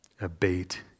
abate